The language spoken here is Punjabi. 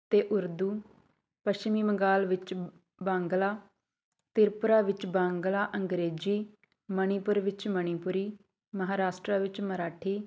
ਅਤੇ ਉਰਦੂ ਪੱਛਮੀ ਬੰਗਾਲ ਵਿੱਚ ਬਾਂਗਲਾ ਤ੍ਰਿਪੁਰਾ ਵਿੱਚ ਬਾਂਗਲਾ ਅੰਗਰੇਜ਼ੀ ਮਣੀਪੁਰ ਵਿੱਚ ਮਣੀਪੁਰੀ ਮਹਾਰਾਸ਼ਟਰਾ ਵਿੱਚ ਮਰਾਠੀ